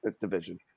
division